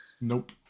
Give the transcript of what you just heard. Nope